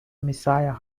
messiah